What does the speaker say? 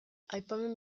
aipamen